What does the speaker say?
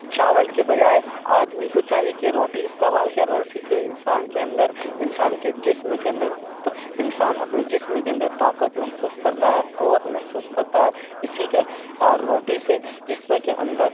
چاول کے بجائے آدمی کو چاہیے کہ روٹی استعمال کرے روٹی سے انسان کے اندر انسان کے جسم کے اندر انسان اپنے جسم کے اندر طاقت محسوس کرتا ہے قوت محسوس کرتا ہے اسی کے روٹی سے جسم کے اندر